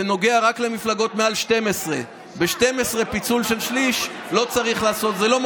זה נוגע רק למפלגות מעל 12. ב-12 פיצול של שליש לא משפיע,